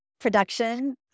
production